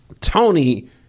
Tony